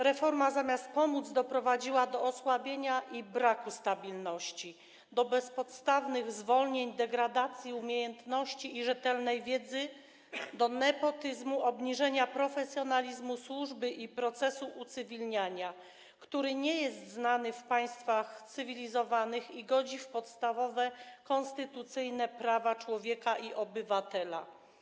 Reforma zamiast pomóc, doprowadziła do osłabienia i braku stabilności, do bezpodstawnych zwolnień, degradacji umiejętności i rzetelnej wiedzy, do nepotyzmu, obniżenia poziom profesjonalizmu służby i procesu ucywilniania, który nie jest znany w państwach cywilizowanych i godzi w podstawowe, konstytucyjne prawa człowieka i obywatela.